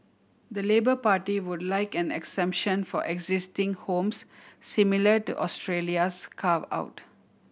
the Labour Party would like an exemption for existing homes similar to Australia's carve out